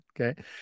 Okay